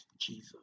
Jesus